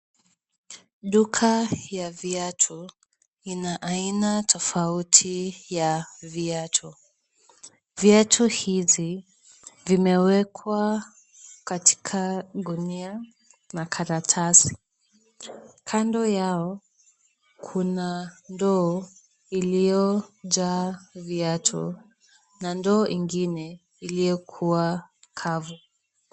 Duka la viatu lina aina tofauti ya viatu. Viatu hivi, vimewekwa katika gunia na karatasi . Kando yao, kuna ndoo iliyojaa viatu na ndoo ingine iliyokuwa Kando.